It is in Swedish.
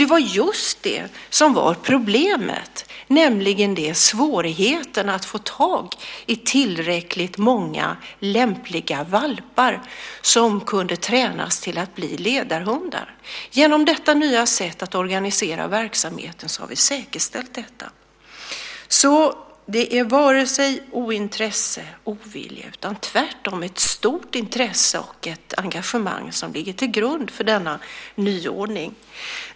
Det var just det som var problemet, nämligen svårigheterna att få tag i tillräckligt många lämpliga valpar som kunde tränas till att bli ledarhundar. Genom detta nya sätt att organisera verksamheten har vi säkerställt detta. Det är alltså varken ointresse eller ovilja eller tvärtom ett stort intresse och engagemang som ligger till grund för denna nyordning.